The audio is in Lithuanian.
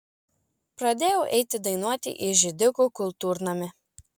pradėjau eiti dainuoti į židikų kultūrnamį